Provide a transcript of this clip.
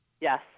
Yes